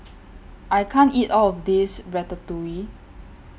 I can't eat All of This Ratatouille